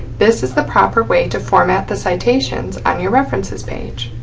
this is the proper way to format the citations on your references page.